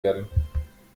werden